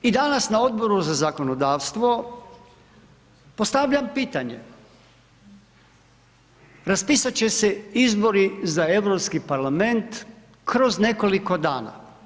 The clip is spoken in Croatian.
I danas na Odboru za zakonodavstvo postavljam pitanje. raspisat će se izbori za Europski parlament kroz nekoliko dana.